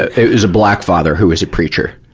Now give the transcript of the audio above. it was a black father who was a preacher.